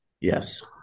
Yes